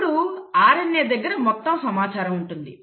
ఇప్పుడు RNA దగ్గర మొత్తం సమాచారం ఉంటుంది